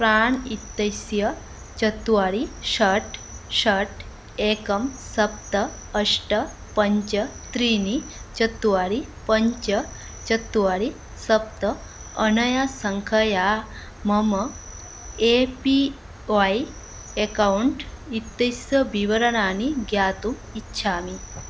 प्राण् इत्यस्य चत्वारि षट् षट् एकं सप्त अष्ट पञ्च त्रीणि चत्वारि पञ्च चत्वारि सप्त अनया सङ्ख्यया मम ए पी वै एकौण्ट् इत्यस्य विवरणानि ज्ञातुम् इच्छामि